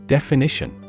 Definition